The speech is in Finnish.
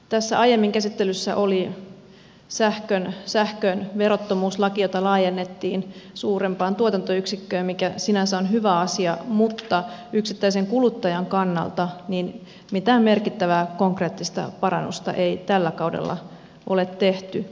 tässä aiemmin käsittelyssä oli sähkön verottomuuslaki jota laajennettiin suurempaan tuotantoyksikköön mikä sinänsä on hyvä asia mutta yksittäisen kuluttajan kannalta mitään merkittävää konkreettista parannusta ei tällä kaudella ole tehty